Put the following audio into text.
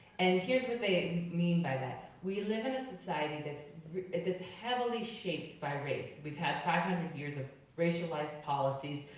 and here's what they mean by that. we live in a society that's that's heavily shaped by race. we've had five hundred years of racialized policies.